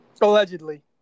Allegedly